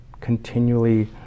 continually